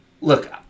look